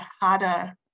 harder